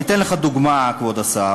אני אתן לך דוגמה, כבוד השר.